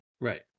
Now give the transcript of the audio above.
Right